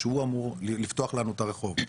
שהוא היה אמור לפתוח לנו את הרחוב.